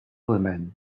women